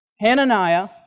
Hananiah